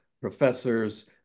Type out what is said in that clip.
professors